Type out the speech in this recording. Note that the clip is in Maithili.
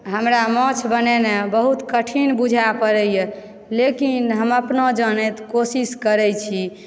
हमरा माछ बनेनाइ बहुत कठिन बुझाइ पड़यए लेकिन हम अपना जानैत कोशिश करैत छी